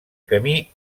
camí